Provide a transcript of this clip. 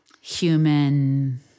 human